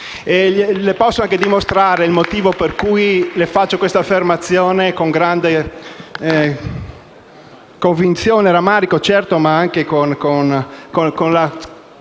Le posso anche dimostrare il motivo per cui faccio questa affermazione; con grande convinzione e rammarico, certo, ma anche con la